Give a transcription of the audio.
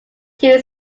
two